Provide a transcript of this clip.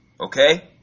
okay